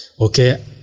okay